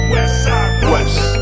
West